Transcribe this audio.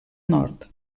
nord